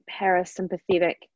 parasympathetic